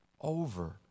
over